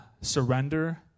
surrender